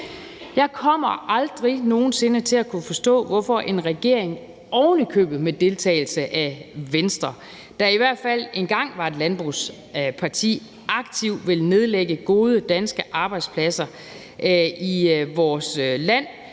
Jeg kommer aldrig nogen sinde til at kunne forstå, hvorfor en regering, ovenikøbet med deltagelse af Venstre, der i hvert fald engang var et landbrugsparti, aktivt vil nedlægge gode danske arbejdspladser i vores land,